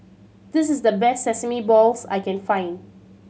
this is the best sesame balls I can find